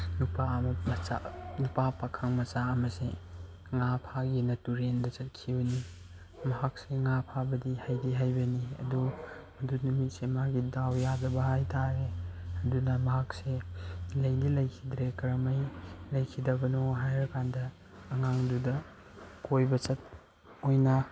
ꯅꯨꯄꯥ ꯑꯃ ꯃꯆꯥ ꯅꯨꯄꯥ ꯆꯥꯈꯪ ꯃꯆꯥ ꯑꯃꯁꯦ ꯉꯥ ꯐꯥꯒꯦꯅ ꯇꯨꯔꯦꯟꯗ ꯆꯠꯈꯤꯕꯅꯤ ꯃꯍꯥꯛꯁꯦ ꯉꯥ ꯐꯥꯕꯗꯤ ꯍꯩꯗꯤ ꯍꯩꯕꯅꯤ ꯑꯗꯨ ꯅꯨꯃꯤꯠꯁꯦ ꯃꯥꯒꯤ ꯗꯥꯎ ꯌꯥꯗꯕ ꯍꯥꯏ ꯇꯔꯦ ꯑꯗꯨꯅ ꯃꯍꯥꯛꯁꯦ ꯂꯩꯗꯤ ꯂꯩꯈꯤꯗ꯭ꯔꯦ ꯀꯔꯝ ꯍꯥꯏꯅ ꯂꯩꯈꯤꯗꯕꯅꯣ ꯍꯥꯏꯔ ꯀꯥꯟꯗ ꯑꯉꯥꯡꯗꯨꯗ ꯀꯣꯏꯕ ꯑꯣꯏꯅ